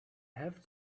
have